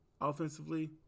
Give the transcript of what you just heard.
Offensively